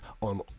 on